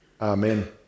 Amen